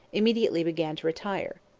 immediately began to retire.